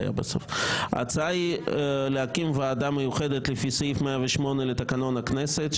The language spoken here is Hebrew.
ההצעה היא להקים ועדה מיוחדת לפי סעיף 108 לתקנון הכנסת.